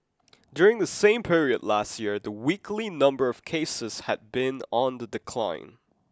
during the same period last year the weekly number of cases had been on the decline